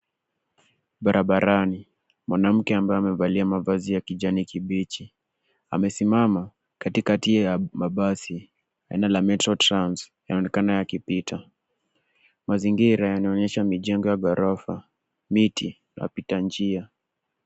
Barabarani, mwanamke ambaye amevalia mavazi ya kijani kibichi, amesimama katikati ya mabasi aina la Metro Trans yanaonekana yakipita. Mazingira yanaonesha mijengo ya ghorofa, miti, na wapita njia.